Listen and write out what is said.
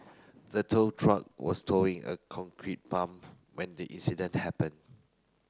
the tow truck was towing a concrete pump when the incident happened